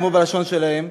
כמו בלשון שלהם,